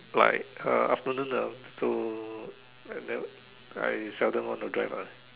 like uh afternoon ah so I never I seldom want to drive ah